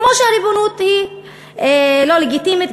כמו שהריבונות היא לא לגיטימית,